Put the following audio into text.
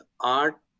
art